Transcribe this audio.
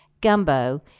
gumbo